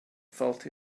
felt